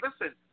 listen